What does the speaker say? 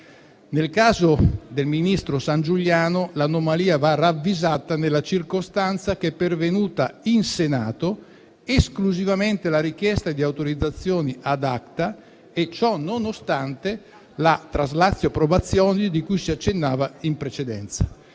Nel caso del ministro Sangiuliano, l'anomalia va ravvisata nella circostanza che è pervenuta in Senato esclusivamente la richiesta di autorizzazione *ad acta* e ciò nonostante la *traslatio* *probationis* cui si accennava in precedenza.